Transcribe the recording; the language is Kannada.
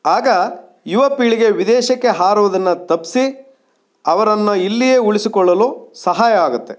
ಆಗ ಯುವ ಪೀಳಿಗೆ ವಿದೇಶಕ್ಕೆ ಹಾರುವುದನ್ನು ತಪ್ಪಿಸಿ ಅವರನ್ನು ಇಲ್ಲಿಯೇ ಉಳಿಸಿಕೊಳ್ಳಲು ಸಹಾಯ ಆಗುತ್ತೆ